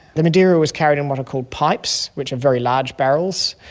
the madeira was carried in what are called pipes which are very large barrels.